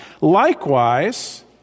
Likewise